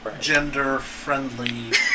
gender-friendly